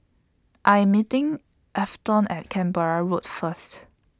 I Am meeting Afton At Canberra Road First